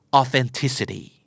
authenticity